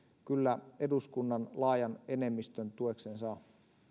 kyllä eduskunnan laajan enemmistön tuekseen saa